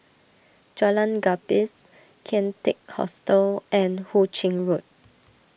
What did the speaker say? Jalan Gapis Kian Teck Hostel and Hu Ching Road